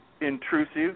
intrusive